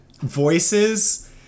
voices